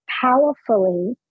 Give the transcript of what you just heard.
powerfully